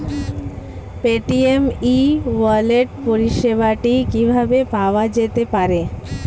Paytm e wallet পরিষেবাটি কিভাবে পাওয়া যেতে পারে?